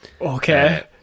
Okay